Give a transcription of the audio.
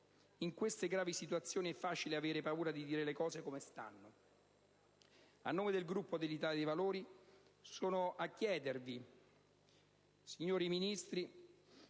in queste gravi situazioni, è facile avere paura di dire le cose come stanno. A nome del Gruppo dell'Italia dei Valori, sono a chiedervi, signori Ministri,